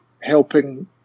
helping